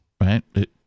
Right